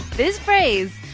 this phrase,